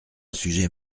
sujet